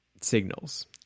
signals